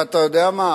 ואתה יודע מה?